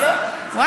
ואללה?